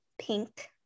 pink